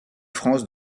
france